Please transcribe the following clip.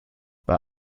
bei